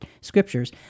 scriptures